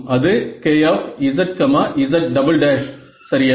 அது Kzz′′ சரியா